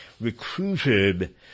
recruited